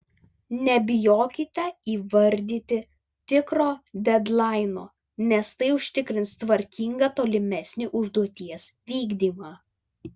nebijokite įvardyti tikro dedlaino nes tai užtikrins tvarkingą tolimesnį užduoties vykdymą